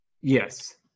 Yes